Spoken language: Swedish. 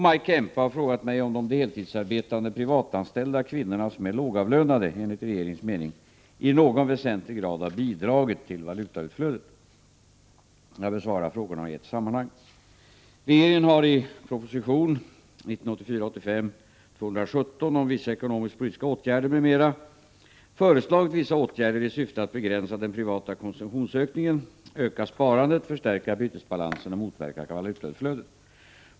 Maj Kempe har frågat mig om de heltidsarbetande privatanställda kvinnor som är lågavlönade enligt regeringens mening i någon väsentlig grad har bidragit till valutautflödet. Jag besvarar frågorna i ett sammanhang. Regeringen har i prop. 1984/85:217 om vissa ekonomisk-politiska åtgärder m.m. föreslagit vissa åtgärder i syfte att begränsa den privata konsumtionsökningen, öka sparandet, förstärka bytesbalansen och motverka valutautflödet.